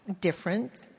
different